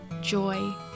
joy